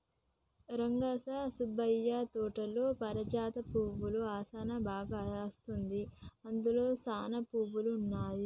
రంగా గా సుబ్బయ్య తోటలో పారిజాత పువ్వుల ఆసనా బాగా అస్తుంది, అందులో సానా పువ్వులు ఉన్నాయి